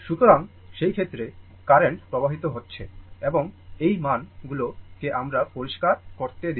সুতরাংসেই ক্ষেত্রে কারেন্ট প্রবাহিত হচ্ছে এবং এই মান গুলো কে আমাকে পরিষ্কার করতে দাও